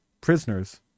prisoners